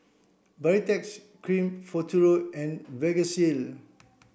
Baritex cream Futuro and Vagisil